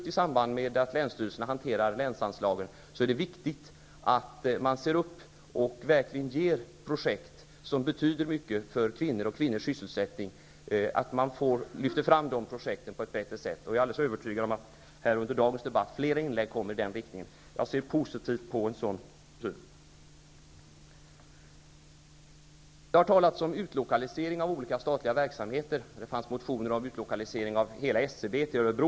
I samband med att länsstyrelserna hanterar länsanslagen är det viktigt att man är uppmärksam och verkligen lyfter fram projekt som betyder mycket för kvinnor och kvinnors sysselsättning. Jag är alldeles övertygad om att under dagens debatt kommer flera inlägg med den inriktningen. Jag ser positivt på en sådan syn. Det har talats om utlokalisering av olika statliga verksamheter. Vi har haft motioner om utlokalisering av hela SCB till Örebro.